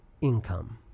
income